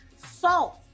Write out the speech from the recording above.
Salt